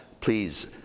Please